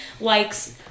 likes